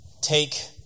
take